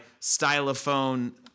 stylophone